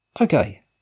Okay